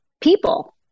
people